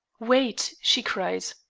wait, she cried,